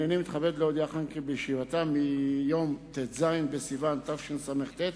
הנני מתכבד להודיעכם כי בישיבתה ביום ט"ז בסיוון התשס"ט,